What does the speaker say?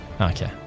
Okay